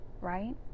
right